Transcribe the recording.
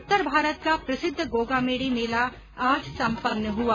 ्तर भारत का प्रसिद्ध गोगामेडी मेला आज सम्पन्न हुआ